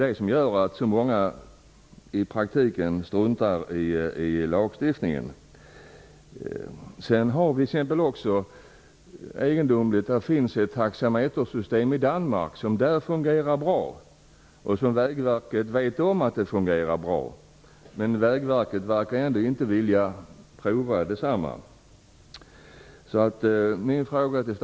Det gör att många i praktiken struntar i lagstiftningen. I Danmark finns det ett taxametersystem som fungerar bra. Vägverket vet att det fungerar bra men verkar inte vilja prova detsamma.